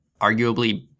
arguably